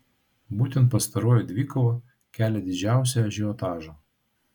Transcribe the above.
būtent pastaroji dvikova kelia didžiausią ažiotažą